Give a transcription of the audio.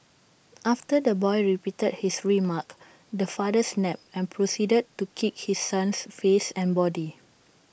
after the boy repeated his remark the father snapped and proceeded to kick his son's face and body